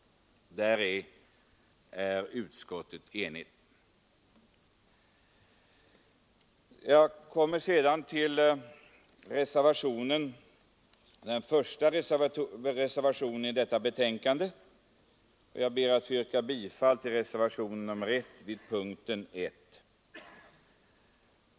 Om detta är utskottet enigt. Jag kommer så till den första reservationen i detta betänkande och ber att få yrka bifall till reservationen 1 vid punkten 1.